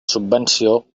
subvenció